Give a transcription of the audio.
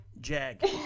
Jag